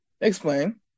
Explain